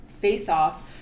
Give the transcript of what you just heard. face-off